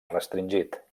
restringit